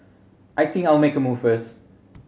I think I'll make a move first